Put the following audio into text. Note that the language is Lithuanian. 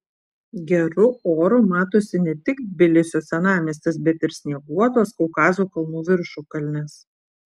geru oru matosi ne tik tbilisio senamiestis bet ir snieguotos kaukazo kalnų viršukalnės